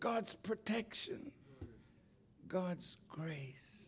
god's protection god's grace